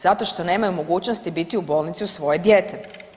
Zato što nemaju mogućnosti biti u bolnici uz svoje dijete.